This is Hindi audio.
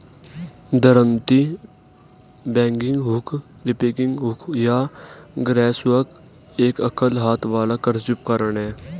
दरांती, बैगिंग हुक, रीपिंग हुक या ग्रासहुक एक एकल हाथ वाला कृषि उपकरण है